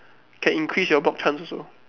can increase your block chance also